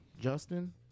Justin